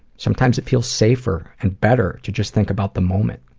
sometimes it feels safer and better to just think about the moment.